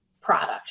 product